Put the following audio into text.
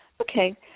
Okay